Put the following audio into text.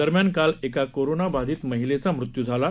दरम्यान काल एका कोरोना बाधित महिलेचा मृत्यू झाला आहे